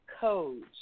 Codes